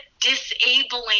disabling